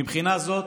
מבחינה זאת,